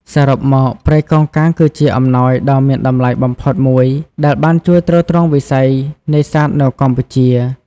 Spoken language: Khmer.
សរុបមក ព្រៃកោងកាងគឺជាអំណោយដ៏មានតម្លៃបំផុតមួយដែលបានជួយទ្រទ្រង់វិស័យនេសាទនៅកម្ពុជា។